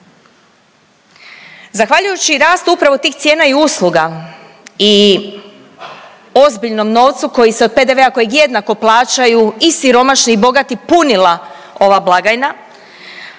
Zahvaljujući rastu upravo tih cijena i usluga i ozbiljnom novcu kojeg se od PDV-a kojeg jednako plaćaju i siromašni i bogati punila ova blagajna,